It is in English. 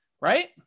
right